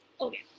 okay